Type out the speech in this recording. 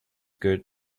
good